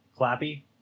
Clappy